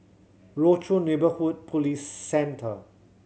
Rochor Neighborhood Police Centre